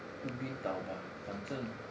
ubin 岛吧反正